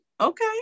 okay